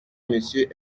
monsieur